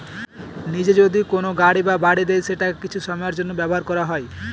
নিজে যদি কোনো গাড়ি বা বাড়ি দেয় সেটাকে কিছু সময়ের জন্য ব্যবহার করা হয়